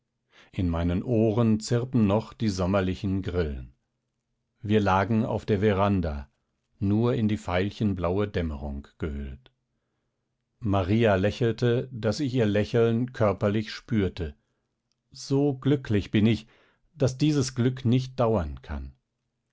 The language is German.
in meinen ohren zirpen noch die sommerlichen grillen wir lagen auf der veranda nur in die veilchenblaue dämmerung gehüllt maria lächelte daß ich ihr lächeln körperlich spürte so glücklich bin ich daß dieses glück nicht dauern kann